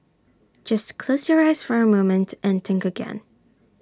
just close your eyes for A moment and think again